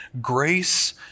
grace